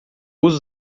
uso